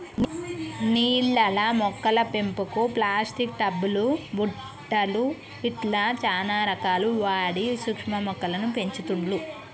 నీళ్లల్ల మొక్కల పెంపుకు ప్లాస్టిక్ టబ్ లు బుట్టలు ఇట్లా చానా రకాలు వాడి సూక్ష్మ మొక్కలను పెంచుతుండ్లు